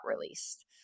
released